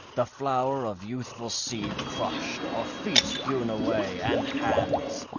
the flower of youthful seed crushed or feet hewn away, and hands,